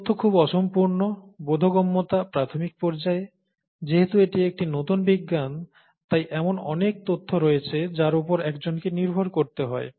তথ্য খুব অসম্পূর্ণ বোধগম্যতা প্রাথমিক পর্যায়ে যেহেতু এটি একটি নতুন বিজ্ঞান তাই এমন অনেক তথ্য রয়েছে যার উপর একজনকে নির্ভর করতে হয়